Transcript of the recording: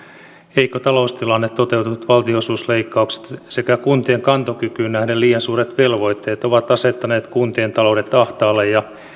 heikko taloustilanne toteutuneet valtionosuusleikkaukset sekä kuntien kantokykyyn nähden liian suuret velvoitteet ovat asettaneet kuntien taloudet ahtaalle ja